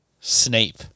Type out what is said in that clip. Snape